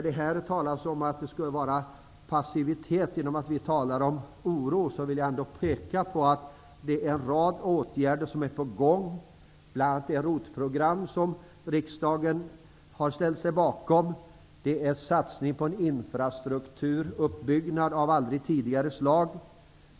Det talas om att vi skulle vara passiva. Jag vill ändå peka på att en rad åtgärder är på gång, bl.a. det ROT-program som riksdagen har ställt sig bakom. Det satsas på en infrastrukturuppbyggnad av aldrig tidigare skådat slag.